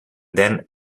then